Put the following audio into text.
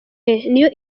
niyo